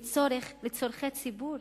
לצורכי ציבור,